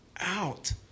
out